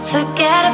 Forget